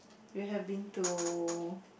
you have been to